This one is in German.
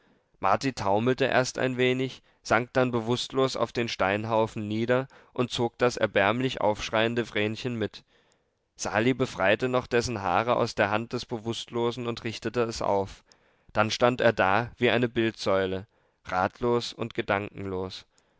marti taumelte erst ein wenig sank dann bewußtlos auf den steinhaufen nieder und zog das erbärmlich aufschreiende vrenchen mit sali befreite noch dessen haare aus der hand des bewußtlosen und richtete es auf dann stand er da wie eine bildsäule ratlos und gedankenlos